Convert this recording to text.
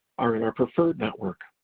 are in our preferred network.